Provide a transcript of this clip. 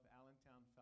Allentown